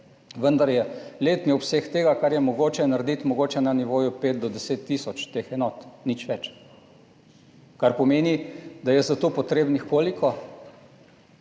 vendar je letni obseg tega, kar je mogoče narediti, mogoče na nivoju 5 do 10 tisoč teh enot, nič več. Kar pomeni, da je za to potrebnih – koliko?